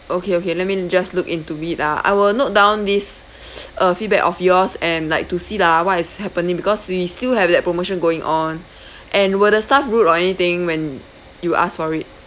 okay okay let me just look into it ah I will note down this uh feedback of yours and like to see lah what is happening because we still have that promotion going on and were the staff rude or anything when you ask for it